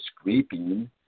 scraping